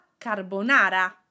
carbonara